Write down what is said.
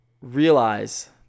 realize